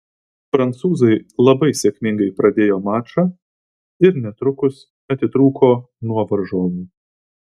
prancūzai labai sėkmingai pradėjo mačą ir netrukus atitrūko nuo varžovų